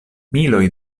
miloj